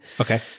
Okay